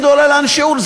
היא גדולה לאין שיעור.